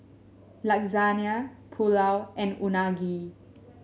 Lasagne Pulao and Unagi